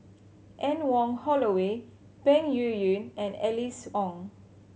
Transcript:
Anne Wong Holloway Peng Yuyun and Alice Ong